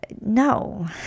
No